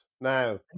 now